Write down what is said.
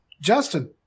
Justin